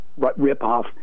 ripoff